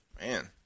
Man